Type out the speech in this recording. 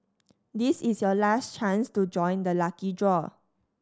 this is your last chance to join the lucky draw